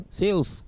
sales